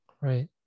right